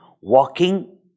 walking